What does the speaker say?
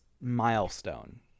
milestone